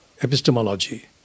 epistemology